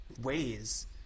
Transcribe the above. ways